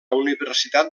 universitat